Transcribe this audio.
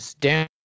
Dan